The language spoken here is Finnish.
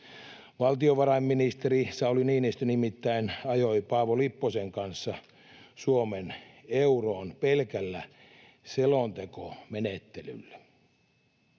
Valtiovarainministeri Sauli Niinistö nimittäin ajoi Paavo Lipposen kanssa Suomen euroon pelkällä selontekomenettelyllä.